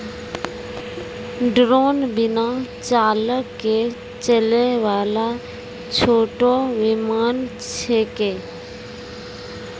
drone बिना चालक के चलै वाला छोटो विमान छेकै